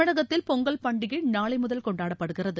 தமிழகத்தில் பொங்கல் பண்டிகை நாளைமுதல் கொண்டாடப்படுகிறது